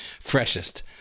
freshest